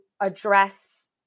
address